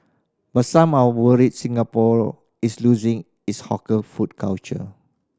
but some are worried Singapore is losing its hawker food culture